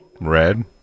Red